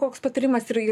koks patyrimas ir ir